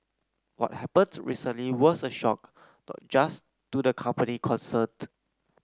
what happened recently was a shock not just to the company concerned